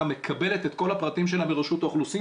מקבלת את כל הפרטים שלה מרשות האוכלוסין